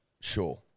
Sure